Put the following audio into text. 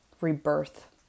rebirth